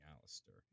Alistair